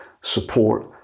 support